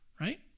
Right